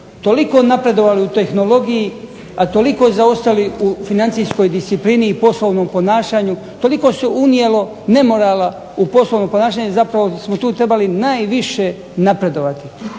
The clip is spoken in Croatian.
toliko napredovali u tehnologiji, a toliko zaostali u financijskoj disciplini i poslovnom ponašanju, toliko se unijelo nemorala u poslovno ponašanje. Zapravo bismo tu trebali najviše napredovati,